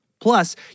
Plus